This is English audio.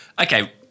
okay